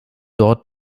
dort